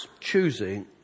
choosing